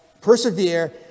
persevere